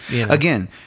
again